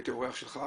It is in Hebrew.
הייתי אורח שלך,